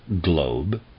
globe